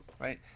right